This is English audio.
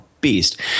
beast